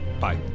bye